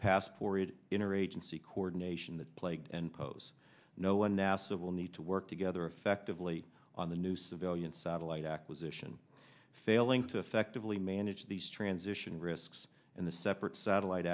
past for it inner agency coordination that plagued and pose no one nasa will need to work together effectively on the new civilian satellite acquisition failing to effectively manage these transition risks and the separate satellite